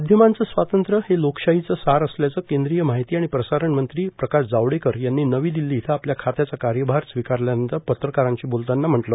माध्यमांचं स्वातंत्र्य हे लोकशाहीचे सार असल्याचं केंद्रीय माहिती आणि प्रसारण मंत्री प्रकाश जावडेकर यांनी नवी दिल्ली इथं आपल्या खात्याचा कार्यभार स्वीकारल्यानंतर पत्रकारांशी बोलताना म्हटलं